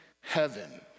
heaven